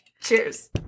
Cheers